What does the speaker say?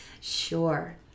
Sure